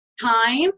time